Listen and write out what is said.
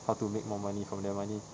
how to make more money from their money